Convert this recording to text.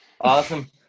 Awesome